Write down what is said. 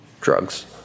drugs